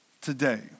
today